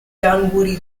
dunwoody